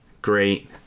great